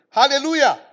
hallelujah